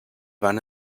van